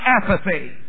apathy